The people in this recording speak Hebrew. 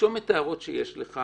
תרשום את ההערות שיש לך